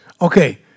okay